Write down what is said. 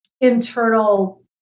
internal